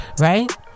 Right